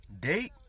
Date